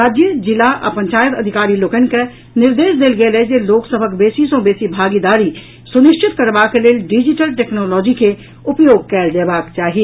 राज्य जिला आ पंचायत अधिकारी लोकनि के निर्देश देल गेल अछि जे लोक सभक बेसी सँ बेसी भागीदारी सुनिश्चित करबाक लेल डिजिटल टेक्नोलॉजी के उपयोग कयल जयबाक चाही